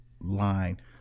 line